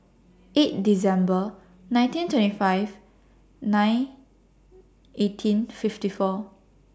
eight December nineteen twenty five nine eighteen fifty four